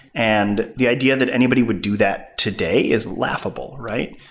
and the idea that anybody would do that today is laughable, right?